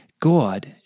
God